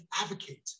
advocate